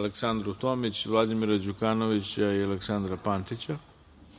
Aleksandru Tomić, Vladimira Đukanovića i Aleksandra Pantića. Naravno,